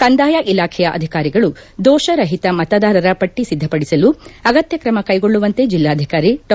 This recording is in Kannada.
ಕಂದಾಯ ಇಲಾಖೆಯ ಅಧಿಕಾರಿಗಳು ದೋಷರಹಿತ ಮತದಾರರ ಪಟ್ಟಿ ಸಿದ್ದಪಡಿಸಲು ಅಗತ್ತ್ ಕ್ರಮ ಕೈಗೊಳ್ಳುವಂತೆ ಜಿಲ್ಲಾಧಿಕಾರಿ ಡಾ